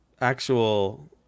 actual